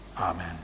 amen